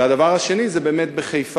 והדבר השני הוא בחיפה,